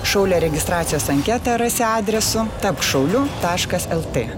šaulio registracijos anketą rasi adresu tapk šauliu taškas lt